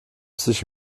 sich